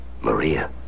Maria